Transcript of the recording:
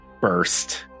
burst